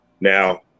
Now